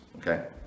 Okay